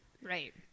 Right